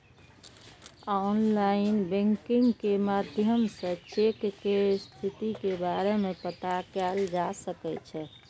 online banking के माध्यम सं चेक के स्थिति के बारे मे पता कैल जा सकै छै